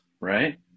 right